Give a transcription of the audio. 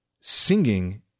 singing